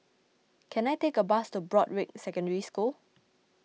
can I take a bus to Broadrick Secondary School